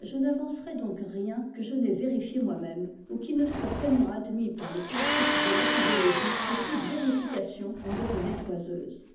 je n'ar vaneerai donc rien que je n'aie vérifié xpoimême ou qui ne soit tellement admis par les classiques de l'apidologie que toute véri fication en devenait oiseuse